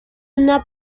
una